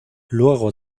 luego